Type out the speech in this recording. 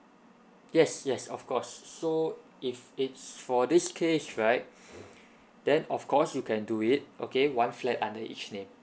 yes yes of course so if it's for this case right then of course you can do it okay one flat under each name